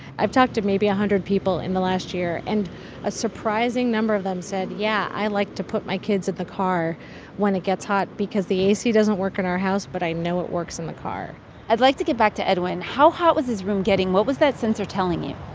i've talked to maybe a hundred people in the last year. and a surprising number of them said, yeah, i like to put my kids in the car when it gets hot because the ac doesn't work in our house, but i know it works in the car i'd like to get back to edwin. how hot was his room getting. what was that sensor telling you?